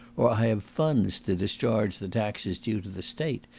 or i have funds to discharge the taxes due to the state,